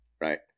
right